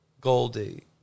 Goldie